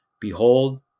Behold